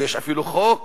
ויש אפילו חוק